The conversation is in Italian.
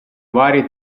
varie